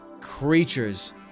creatures